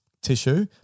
tissue